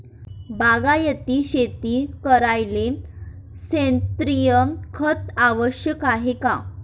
बागायती शेती करायले सेंद्रिय खत आवश्यक हाये का?